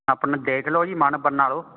ਆਪਣਾ ਦੇਖ ਲਉ ਜੀ ਮਨ ਬਣਾ ਲਉ